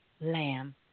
lamb